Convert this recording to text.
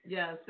Yes